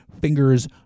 fingers